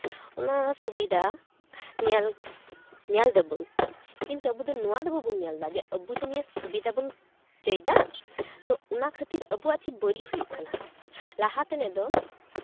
ᱚᱱᱟ ᱥᱩᱵᱤᱫᱟ ᱧᱮᱞ ᱧᱮᱞᱫᱟᱵᱚᱱ ᱠᱤᱱᱛᱩ ᱟᱵᱚ ᱫᱚ ᱱᱚᱣᱟ ᱵᱟᱵᱚᱱ ᱧᱮᱞᱫᱟ ᱡᱮ ᱟᱵᱚ ᱡᱮ ᱱᱤᱭᱟᱹ ᱥᱩᱵᱤᱫᱟ ᱵᱚᱱ ᱪᱟᱹᱭᱫᱟ ᱛᱚ ᱚᱱᱟ ᱠᱷᱟᱹᱛᱤᱨ ᱟᱵᱚᱣᱟᱜ ᱪᱮᱫ ᱵᱟᱹᱲᱤᱡ ᱦᱩᱭᱩᱜ ᱠᱟᱱᱟ ᱞᱟᱦᱟ ᱛᱮᱱᱟᱜ ᱫᱚ